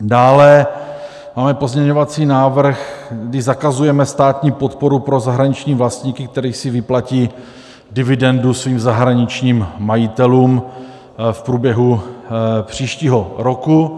Dále máme pozměňovací návrh, kdy zakazujeme státní podporu pro zahraniční vlastníky, kteří si vyplatí dividendu svým zahraničním majitelům v průběhu příštího roku.